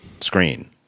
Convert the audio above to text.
screen